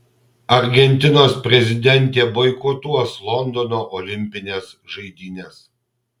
argentinos prezidentė boikotuos londono olimpines žaidynes